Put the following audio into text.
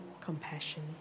compassion